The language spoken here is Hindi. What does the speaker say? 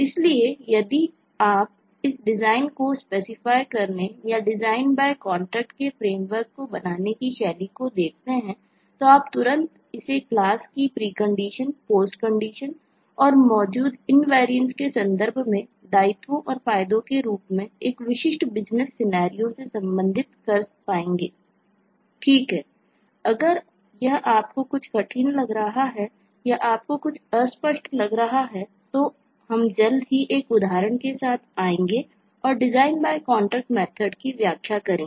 इसलिए यदि आप इस डिजाइन को स्पेसिफाई की व्याख्या करेंगे